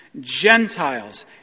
Gentiles